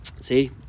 see